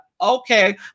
okay